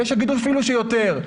ויש שיגידו אפילו שיותר.